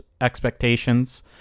expectations